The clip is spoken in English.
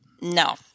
No